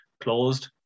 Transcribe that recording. closed